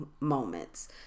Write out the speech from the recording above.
moments